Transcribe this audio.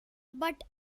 but